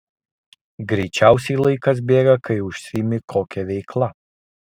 greičiausiai laikas bėga kai užsiimi kokia veikla